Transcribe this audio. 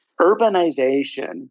urbanization